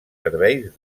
serveis